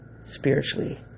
spiritually